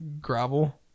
gravel